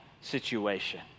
situation